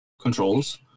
controls